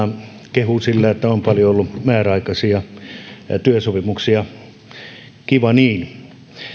kehuu sillä että on paljon ollut määräaikaisia työsopimuksia kiva niin